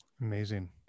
Amazing